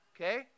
Okay